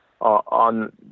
on